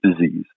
disease